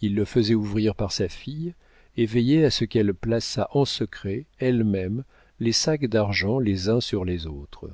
il le faisait ouvrir par sa fille et veillait à ce qu'elle plaçât en secret elle-même les sacs d'argent les uns sur les autres